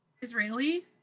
Israeli